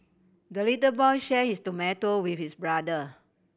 the little boy share his tomato with his brother